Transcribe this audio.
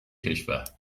کشور